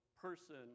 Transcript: person